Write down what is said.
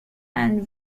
and